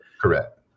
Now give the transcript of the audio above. Correct